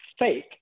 fake